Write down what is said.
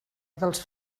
dels